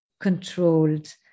controlled